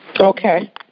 Okay